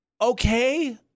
okay